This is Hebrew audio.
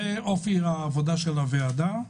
זה אופי העבודה של הוועדה.